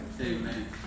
Amen